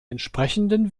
entsprechenden